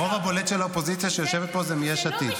הרוב הבולט של האופוזיציה שיושבת פה זה מיש עתיד.